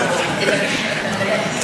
שלח.